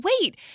wait—